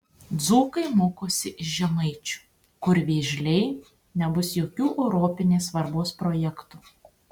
dzūkai mokosi iš žemaičių kur vėžliai nebus jokių europinės svarbos projektų